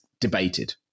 debated